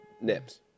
Nips